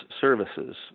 services